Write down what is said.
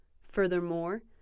Furthermore